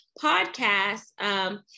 podcast